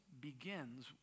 begins